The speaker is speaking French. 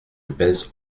baise